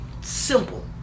simple